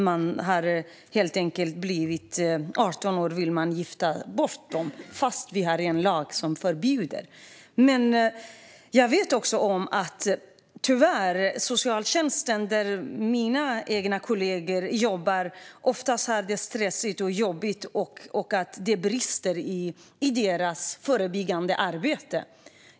Man vill gifta bort dem innan de blir 18 år, fast vi har en lag som förbjuder detta. Socialtjänsten, där mina kollegor jobbar, har det tyvärr ofta stressigt och jobbigt, och det brister i deras förebyggande arbete.